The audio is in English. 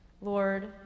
Lord